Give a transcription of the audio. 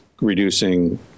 reducing